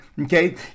okay